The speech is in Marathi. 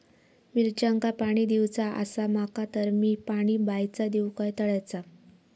मिरचांका पाणी दिवचा आसा माका तर मी पाणी बायचा दिव काय तळ्याचा?